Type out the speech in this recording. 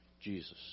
Jesus